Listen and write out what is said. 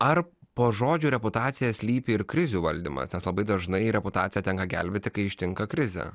ar po žodžio reputacija slypi ir krizių valdymas nes labai dažnai reputaciją tenka gelbėti kai ištinka krizė